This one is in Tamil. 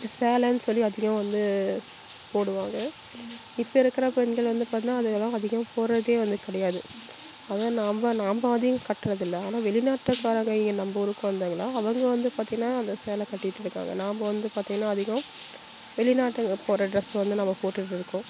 சேலைன்னு சொல்லி அதிகம் வந்து போடுவாங்க இப்போ இருக்கிற பெண்கள் வந்து பார்த்திங்கனா அதெலாம் அதிகம் போடுறதே வந்து கிடையாது அதை நாம் நாம் அதிகம் கட்டுறது இல்லை ஆனால் வெளிநாட்டுக்காரங்க இங்கே நம்ம ஊருக்கு வந்தாய்ங்கள அவங்க வந்து பார்த்திங்கனா அந்த சேலை கட்டிட்டு இருக்காங்க நாம் வந்து பார்த்திங்கனா அதிகம் வெளிநாட்டுங்க போடுற ட்ரெஸ் வந்து நம்ம போட்டுட்டு இருக்கோம்